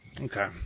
Okay